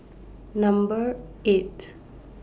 Number eight